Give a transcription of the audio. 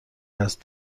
است